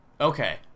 okay